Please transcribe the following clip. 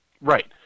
Right